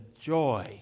joy